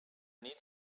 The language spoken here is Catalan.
nit